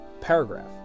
paragraph